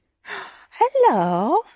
hello